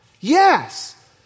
Yes